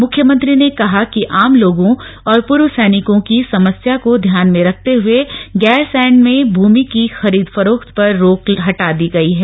मुख्यमंत्री ने कहा कि आम लोगों और पूर्व सैनिकों की समस्या को ध्यान में रखते हुए गैरसैंण में भूमि की खरीद फरोख्त पर रोक हटा दी गई है